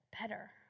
better